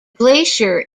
glacier